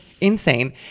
insane